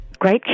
Great